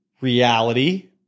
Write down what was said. reality